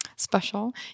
special